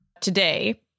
today